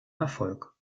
erfolg